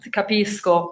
capisco